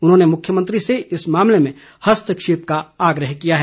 उन्होंने मुख्यमंत्री से इस मामले में हस्तक्षेप का आग्रह किया है